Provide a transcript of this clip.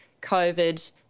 COVID